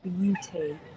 beauty